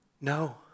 No